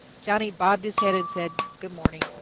johnny bobbed his head and said, good morning.